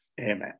Amen